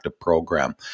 program